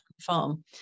farm